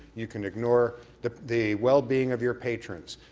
you can ignore the the well being of your patrons.